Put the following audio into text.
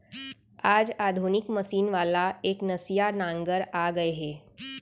आज आधुनिक मसीन वाला एकनसिया नांगर आ गए हे